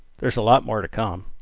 there's a lot more to come,